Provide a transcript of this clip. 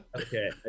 okay